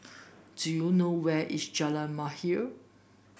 do you know where is Jalan Mahir